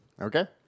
Okay